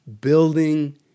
Building